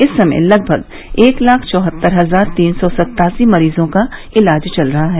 इस समय लगभग एक लाख चौहत्तर हजार तीन सौ सत्तासी मरीजों का इलाज चल रहा है